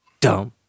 Dumb